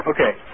Okay